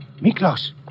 Miklos